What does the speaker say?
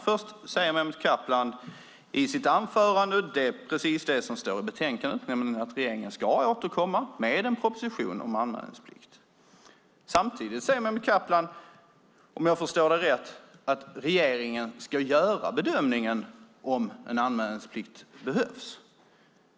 Först säger Mehmet Kaplan i sitt anförande precis det som står i betänkandet, nämligen att regeringen ska återkomma med en proposition om anmälningsplikt. Samtidigt säger Mehmet Kaplan, om jag förstår honom rätt, att regeringen ska bedöma om en anmälningsplikt behövs.